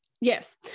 Yes